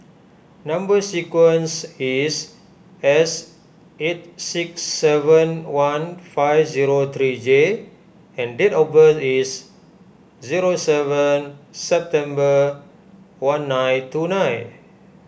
Number Sequence is S eight six seven one five zero three J and date of birth is zero seven September one nine two nine